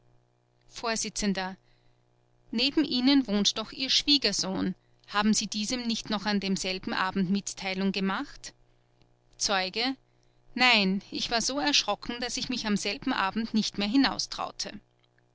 vors neben ihnen wohnt doch ihr schwiegersohn haben sie diesem nicht noch an demselben abend mitteilung gemacht zeuge nein ich war so erschrocken daß ich mich an demselben abend nicht mehr